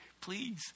Please